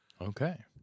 Okay